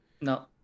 no